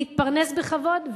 להתפרנס בכבוד,